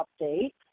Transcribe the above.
update